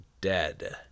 dead